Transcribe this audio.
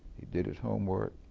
he did his homework,